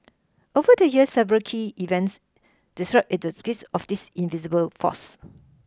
over the years several key events the skills of this invisible force